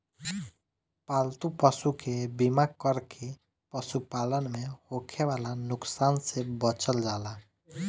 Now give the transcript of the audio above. पालतू पशु के बीमा कर के पशुपालन में होखे वाला नुकसान से बचल जाला